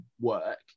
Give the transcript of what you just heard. work